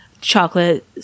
chocolate